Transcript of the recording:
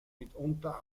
mitunter